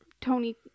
Tony